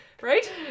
Right